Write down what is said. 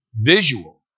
visual